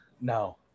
no